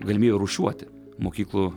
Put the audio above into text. galimybę rūšiuoti mokyklų